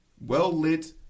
well-lit